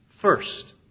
First